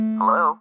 Hello